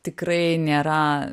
tikrai nėra